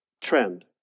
trend